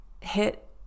hit